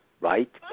right